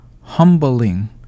humbling